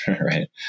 right